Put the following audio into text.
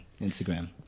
Instagram